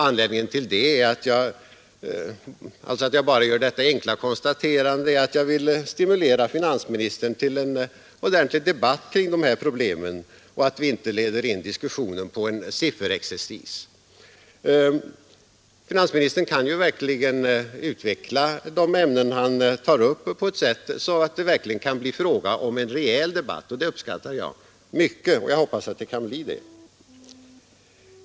Anledningen till att jag bara gör detta enkla konstaterande är att jag vill stimulera finansministern till en ordentlig debatt kring dessa problem så att vi inte leder diskussionen in på sifferexercis. Finansministern kan ju utveckla de ämnen han tar upp på ett sådant sätt att det verkligen kan bli fråga om en rejäl debatt. Det uppskattar jag mycket, och jag hoppas att det kan bli en sådan.